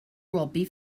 robbie